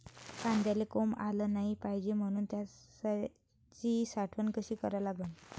कांद्याले कोंब आलं नाई पायजे म्हनून त्याची साठवन कशी करा लागन?